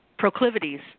proclivities